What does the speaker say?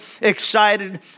excited